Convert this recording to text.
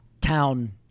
town